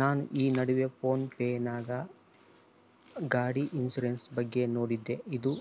ನಾನು ಈ ನಡುವೆ ಫೋನ್ ಪೇ ನಾಗ ಗಾಡಿ ಇನ್ಸುರೆನ್ಸ್ ಬಗ್ಗೆ ನೋಡಿದ್ದೇ ಇದು